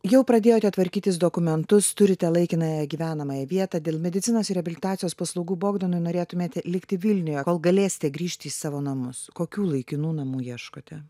jau pradėjote tvarkytis dokumentus turite laikinąją gyvenamąją vietą dėl medicinos ir reabilitacijos paslaugų bogdanui norėtumėte likti vilniuje kol galėsite grįžti į savo namus kokių laikinų namų ieškote